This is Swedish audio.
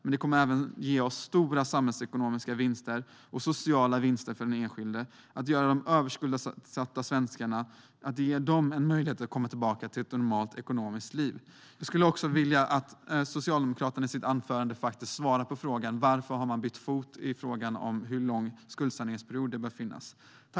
Men att ge de överskuldsatta svenskarna en möjlighet att komma tillbaka till ett normalt ekonomiskt liv kommer även att ge oss stora samhällsekonomiska vinster - och det blir sociala vinster för de enskilda. Jag skulle vilja att Socialdemokraterna i något anförande svarar på frågan: Varför har ni bytt fot i fråga om hur lång skuldsaneringsperiod det bör vara?